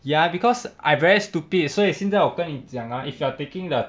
ya because I very stupid 所以现在我跟你讲 ah if you are taking the